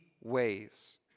ways